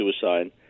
suicide